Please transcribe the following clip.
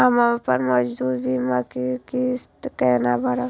हम अपन मौजूद बीमा किस्त केना भरब?